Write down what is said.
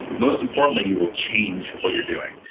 most importantly, you will change what you're doing.